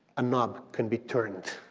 a knob can be turned